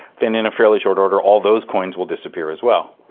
then in a fairly short order all those coins will disappear as well.